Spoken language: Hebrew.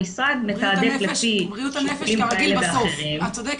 המשרד מתעדף לפי שיקולים כאלה ואחרים -- את צודקת,